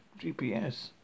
GPS